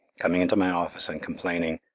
coming into my office and complaining,